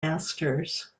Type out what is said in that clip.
masters